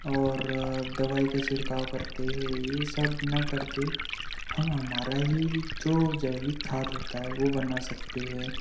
और दवाई का छिड़काव करते हैं ये सब न करके हम हमारा ही जो जैविक खाद होता है वो बना सकते हैं